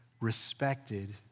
respected